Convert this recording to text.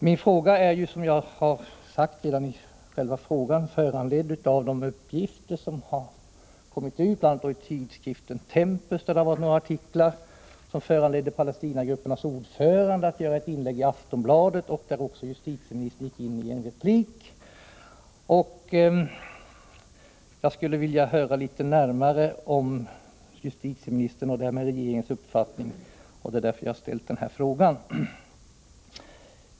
Min fråga är föranledd av de uppgifter som har kommit ut, bl.a. i några artiklar i tidskriften Tempus, som föranledde Palestinagruppernas ordförande Yvonne Fredriksson att göra ett inlägg i Aftonbladet, varpå justitieministern gick in med en replik. Jag skulle vilja höra litet närmare om justitieministerns och därmed regeringens uppfattning, och det är därför jag har ställt den här frågan.